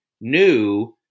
new